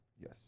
Yes